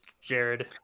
Jared